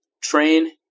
train